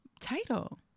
title